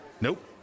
Nope